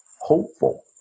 hopeful